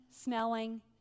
smelling